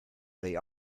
they